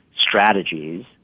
strategies